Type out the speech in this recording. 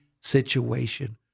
situation